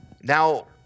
Now